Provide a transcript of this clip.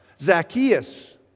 Zacchaeus